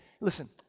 listen